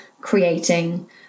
creating